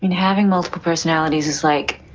and having multiple personalities is like